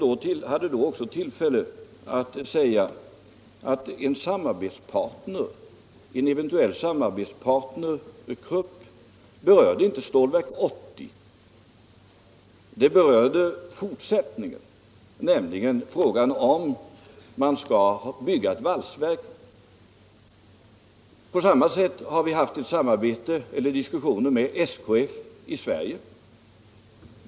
Jag hade då också tillfälle att säga att frågan om en eventuell samarbetspartner, Krupp, inte berörde Stålverk 80. Den berörde fortsättningen, nämligen frågan om man skall bygga ett valsverk. På samma sätt har vi haft diskussioner med SKF i Sverige.